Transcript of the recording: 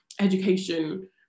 education